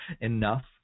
enough